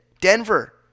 Denver